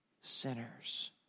sinners